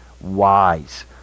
wise